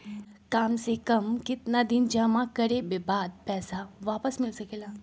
काम से कम केतना दिन जमा करें बे बाद पैसा वापस मिल सकेला?